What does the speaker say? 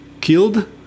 killed